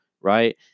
right